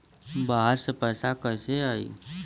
बाहर से पैसा कैसे आई?